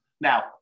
Now